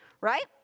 right